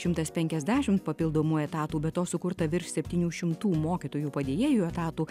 šimtas penkiasdešim papildomų etatų be to sukurta virš septynių šimtų mokytojų padėjėjų etatų